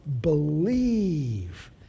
believe